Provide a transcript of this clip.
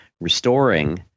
restoring